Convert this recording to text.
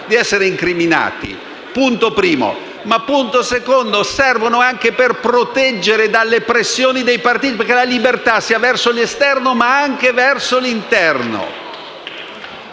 di essere incriminati; in secondo luogo, servono garanzie anche per proteggere dalle pressioni dei partiti, perché la libertà sia verso l'esterno ma anche verso l'interno.